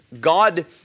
God